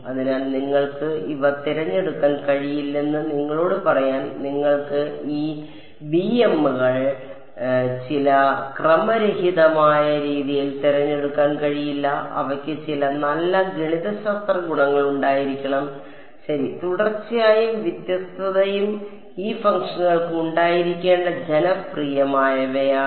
അതിനാൽ നിങ്ങൾക്ക് ഇവ തിരഞ്ഞെടുക്കാൻ കഴിയില്ലെന്ന് നിങ്ങളോട് പറയാൻ നിങ്ങൾക്ക് ഈ bm കൾ ചില ക്രമരഹിതമായ രീതിയിൽ തിരഞ്ഞെടുക്കാൻ കഴിയില്ല അവയ്ക്ക് ചില നല്ല ഗണിതശാസ്ത്ര ഗുണങ്ങൾ ഉണ്ടായിരിക്കണം ശരി തുടർച്ചയും വ്യത്യസ്തതയും ഈ ഫംഗ്ഷനുകൾക്ക് ഉണ്ടായിരിക്കേണ്ട ജനപ്രിയമായവയാണ്